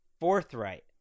forthright